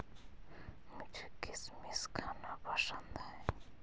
मुझें किशमिश खाना पसंद है